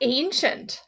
ancient